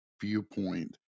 viewpoint